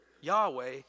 Yahweh